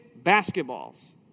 basketballs